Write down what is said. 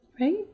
Right